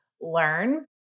learn